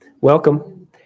welcome